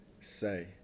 say